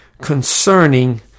concerning